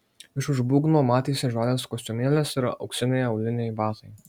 iš už būgno matėsi žalias kostiumėlis ir auksiniai auliniai batai